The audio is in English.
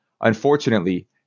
Unfortunately